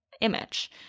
image